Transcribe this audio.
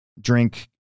drink